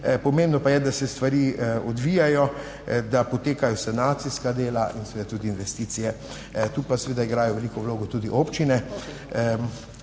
Pomembno pa je, da se stvari odvijajo, da potekajo sanacijska dela in seveda tudi investicije. Tu pa seveda igrajo veliko vlogo tudi občine.